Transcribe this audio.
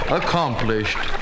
accomplished